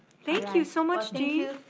thank you so much jean.